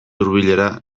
hurbilera